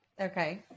Okay